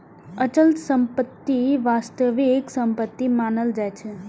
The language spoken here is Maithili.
अचल संपत्ति वास्तविक संपत्ति मानल जाइ छै